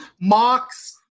Mox